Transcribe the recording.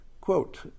quote